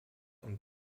und